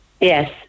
Yes